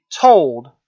told